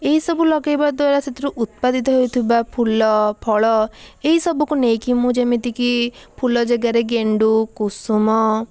ଏଇ ସବୁ ଲଗେଇବା ଦ୍ଵାରା ସେଥିରୁ ଉତ୍ପାଦିତ ହେଉଥିବା ଫୁଲ ଫଳ ଏଇସବୁକୁ ନେଇକି ମୁଁ ଯେମିତିକି ଫୁଲ ଜାଗାରେ ଗେଣ୍ଡୁ କୁସୁମ